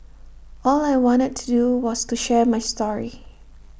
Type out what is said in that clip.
all I wanted to do was to share my story